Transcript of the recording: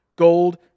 ...gold